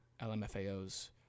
LMFAO's